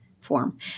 form